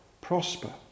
prosper